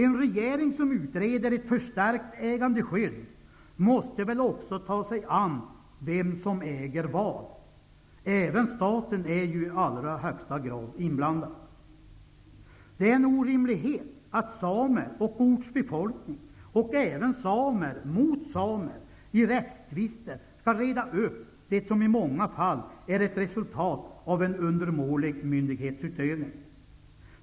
En regering som utreder ett förstärkt ägandeskydd måste väl också ta sig an vem som äger vad. Även staten är ju i allra högsta grad inblandad. Det är en orimlighet att samer och ortsbefolkning, och även samer mot samer, i rättstvister skall reda upp det som i många fall är ett resultat av en undermålig myndighetsutövning.